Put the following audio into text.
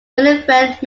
winifred